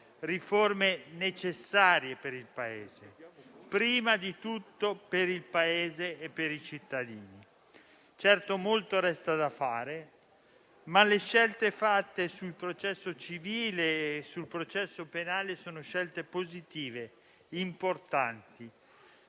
riforme necessarie per il Paese: prima di tutto per il Paese e per i cittadini. Certamente molto resta da fare, ma le scelte fatte sul processo civile e sul processo penale sono positive e importanti